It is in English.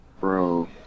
bro